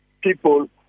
people